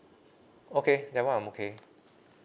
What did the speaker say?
okay that [one] I'm okay